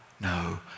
No